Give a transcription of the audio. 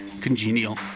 congenial